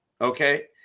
okay